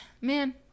man